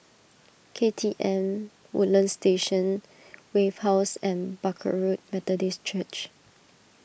K T M Woodlands Station Wave House and Barker Road Methodist Church